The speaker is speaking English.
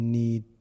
need